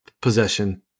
possession